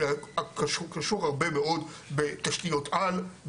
אלא קשור הרבה בתשתיות על,